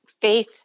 faith